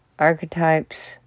Archetypes